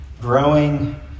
growing